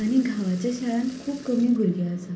आनी गांवांच्या शाळान खूब कमी भुरगीं आसा